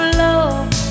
love